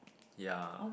ya